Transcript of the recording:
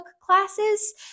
classes